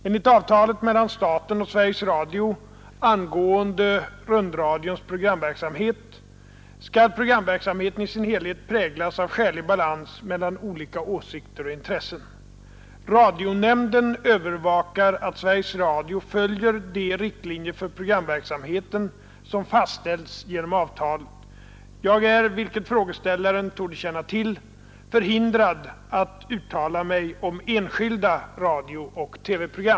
Enligt avtalet mellan staten och Sveriges Radio angående rundradions programverksamhet skall programverksamheten i sin helhet präglas av skälig balans mellan olika åsikter och intressen. Radionämnden övervakar att Sveriges Radio följer de riktlinjer för programverksamheten som fastställts genom avtalet. Jag är, vilket frågeställaren torde känna till, förhindrad att uttala mig om enskilda radiooch TV-program.